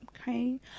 okay